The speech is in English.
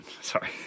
Sorry